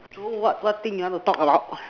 so what what thing you want to talk about